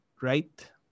right